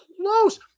close